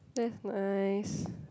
that nice